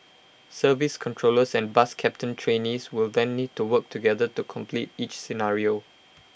service controllers and bus captain trainees will then need to work together to complete each scenario